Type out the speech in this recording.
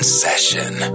session